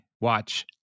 watch